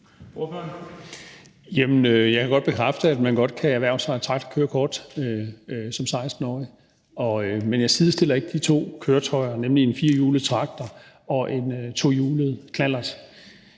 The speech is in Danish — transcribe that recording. Jeg kan godt bekræfte, at man kan erhverve sig et traktorkørekort som 16-årig, men jeg sidestiller ikke de to køretøjer, nemlig en firhjulet traktor og en tohjulet knallert.